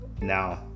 Now